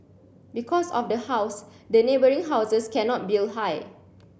because of the house the neighbouring houses cannot build high